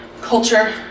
culture